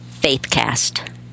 FaithCast